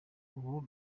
ubu